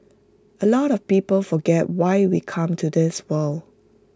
A lot of people forget why we come to this world